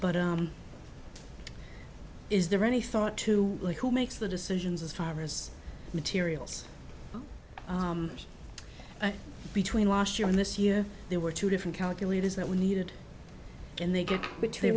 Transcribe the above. but is there any thought to like who makes the decisions as far as materials between last year and this year there were two different calculators that we needed and they get